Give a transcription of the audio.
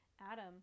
Adam